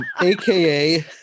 AKA